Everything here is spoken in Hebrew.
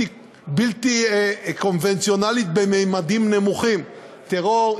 בלתי קונבנציונלית בממדים נמוכים: טרור,